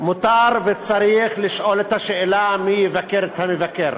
מותר וצריך לשאול את השאלה: מי יבקר את המבקר?